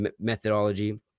methodology